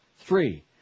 Three